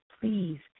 please